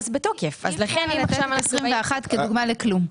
בתוקף -- אי אפשר לשנת 2021 כדוגמה לכלום.